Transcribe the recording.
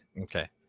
Okay